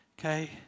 Okay